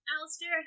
Alistair